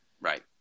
Right